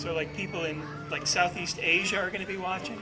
so like people like southeast asia are going to be watching